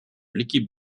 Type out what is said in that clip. l’équipe